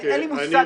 אין לי מושג,